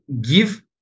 give